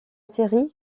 série